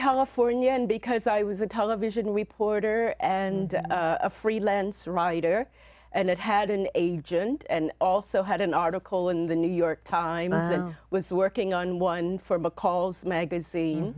california and because i was a television reporter and a freelance writer and that had an agent and also had an article in the new york times i was working on one for mccall's magazine